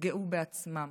נפגעו בעצמם.